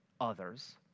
others